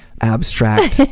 Abstract